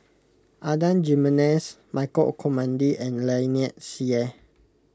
Adan Jimenez Michael Olcomendy and Lynnette Seah